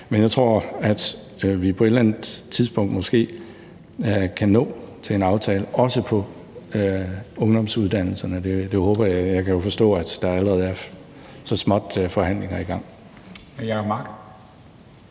Men jeg tror, at vi på et eller andet tidspunkt måske kan nå til en aftale, også om ungdomsuddannelserne. Det håber jeg. Jeg kan jo forstå, at der allerede så småt er forhandlinger i gang.